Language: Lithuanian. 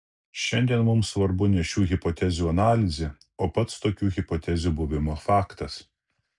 šiandien mums svarbu ne šių hipotezių analizė o pats tokių hipotezių buvimo faktas